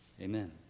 amen